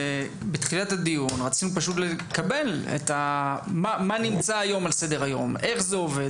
שבתחילת הדיון רצינו פשוט להבין מה נמצא על סדר היום ואיך זה עובד.